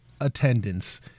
attendance